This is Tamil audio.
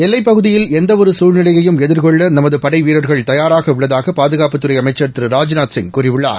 எல்லைப்பகுதியில் எந்த ஒரு சூழ்நியையும் எதிர்கொள்ள நமது படை வீரர்கள் தயாராக உள்ளதாக பாதுகாப்புத்துறை அமைச்சர் திரு ராஜ்நாத்சிங் கூறியுள்ளார்